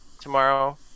tomorrow